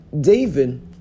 David